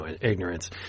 ignorance